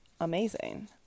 amazing